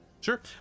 Sure